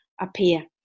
appear